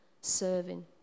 serving